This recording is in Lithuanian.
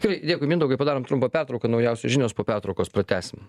gerai dėkui mindaugai padarom trumpą pertrauką naujausios žinios po pertraukos pratęsim